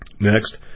Next